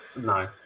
no